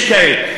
יש בו כאלה.